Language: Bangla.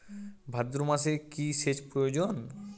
ভাদ্রমাসে কি সেচ প্রয়োজন?